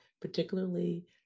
particularly